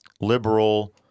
liberal